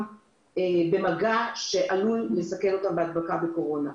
במגע שעלול לסכן אותם בהדבקה בקורונה.